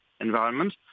environment